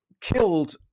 killed